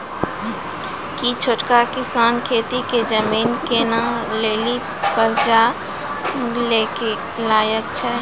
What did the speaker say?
कि छोटका किसान खेती के जमीन किनै लेली कर्जा लै के लायक छै?